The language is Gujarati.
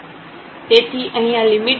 તેથી અહીં આ લિમિટ દ્વારા તે yΔx બનશે